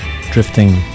drifting